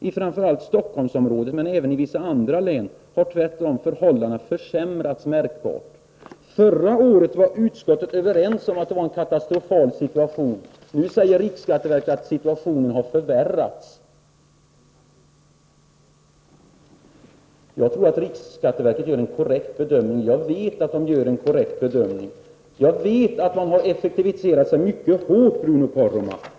I framför allt Stockholmsområdet men även i vissa andra län har tvärtom förhållandena försämrats märkbart.” Förra året var man i utskottet överens om att det var en katastrofal situation. Nu säger riksskatteverket att situationen har förvärrats. Jag vet att riksskatteverket gör en korrekt bedömning. Jag vet också att verket har effektiviserat sig mycket hårt, Bruno Poromaa.